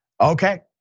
Okay